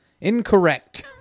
Incorrect